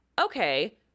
okay